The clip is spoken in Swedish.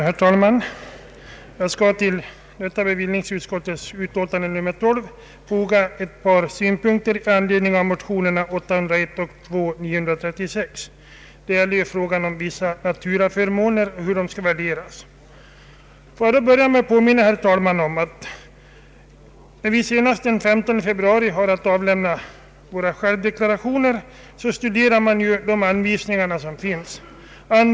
Herr talman! Jag skall till detta bevillningsutskottets betänkande nr 12 Får jag, herr talman, börja med att påminna om att vi innan vi den 15 februari varje år har att avlämna våra självdeklarationer studerar de anvisningar som finns.